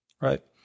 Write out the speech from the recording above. right